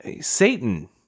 Satan